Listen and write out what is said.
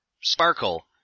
Sparkle